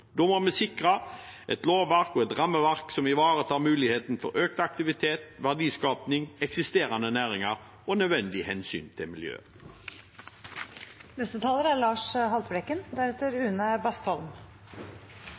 Da må vi sikre et lovverk og et rammeverk som ivaretar muligheten for økt aktivitet, verdiskaping, eksisterende næringer og nødvendige hensyn til miljøet. Verdenshavene er